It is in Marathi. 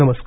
नमस्कार